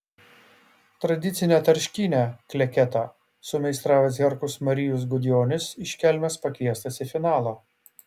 tradicinę tarškynę kleketą sumeistravęs herkus marijus gudjonis iš kelmės pakviestas į finalą